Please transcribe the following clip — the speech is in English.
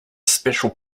special